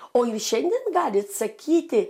o jūs šiandien galit sakyti